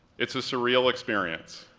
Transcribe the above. it's a surreal experience.